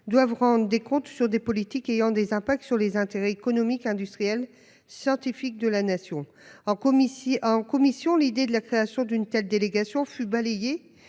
doivent rendre des comptes sur des politiques ayant des impacts sur les intérêts économiques. Scientifique de la nation en comme ici à en commission l'idée de la création d'une telle délégation fut balayé